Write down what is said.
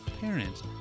parents